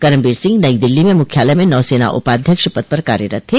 करमबीर सिंह नई दिल्ली में मुख्यालय में नौसेना उपाध्यक्ष पद पर कार्यरत थे